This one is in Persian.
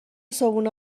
صبحونه